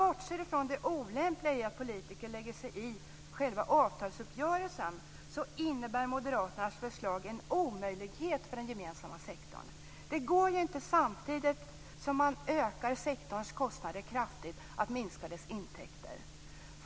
Bortsett från det olämpliga i att politiker lägger sig i själva avtalsuppgörelsen är Moderaternas förslag en omöjlighet för den gemensamma sektorn. Det går inte att, samtidigt som sektorns kostnader kraftigt ökas, minska dess intäkter.